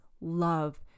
love